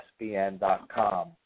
ESPN.com